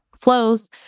flows